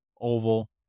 oval